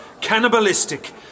cannibalistic